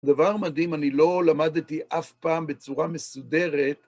דבר מדהים, אני לא למדתי אף פעם בצורה מסודרת.